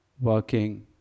working